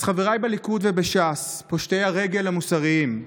אז חבריי בליכוד ובש"ס, פושטי הרגל המוסריים,